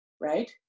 right